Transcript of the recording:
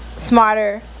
smarter